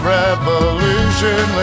revolution